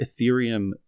Ethereum